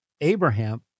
Abraham